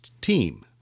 team